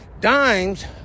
dimes